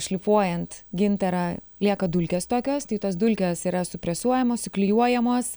šlifuojant gintarą lieka dulkės tokios tai tos dulkės yra supresuojamos suklijuojamos